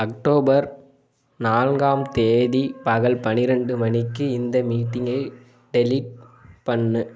October நான்காம் தேதி பகல் பன்னிரெண்டு மணிக்கு இந்த மீட்டிங்கை டெலீட் பண்ணு